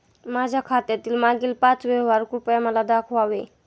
माझ्या खात्यातील मागील पाच व्यवहार कृपया मला दाखवावे